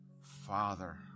Father